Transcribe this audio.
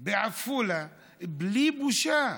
בעפולה, בלי בושה,